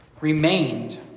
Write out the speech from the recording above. remained